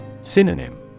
Synonym